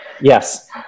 Yes